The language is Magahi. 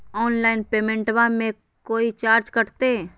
ऑनलाइन पेमेंटबां मे कोइ चार्ज कटते?